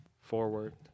forward